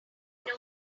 know